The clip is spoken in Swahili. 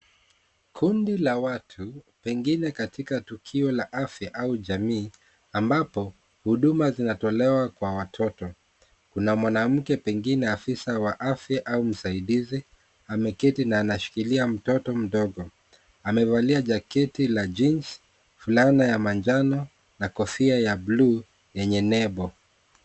Kundi la watu, wengine katika tukio la afya au jamii. Ambapo huduma zinatolewa kwa watoto. Kuna mwanamke pengine afisa wa afya au msaidizi ameketi na anashikilia mtoto mdogo. Amevalia jaketi la jeans , fulana ya manjano na kofia ya bluu yenye nebo.